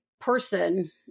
person